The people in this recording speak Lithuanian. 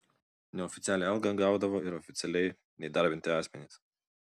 neoficialią algą gaudavo ir oficialiai neįdarbinti asmenys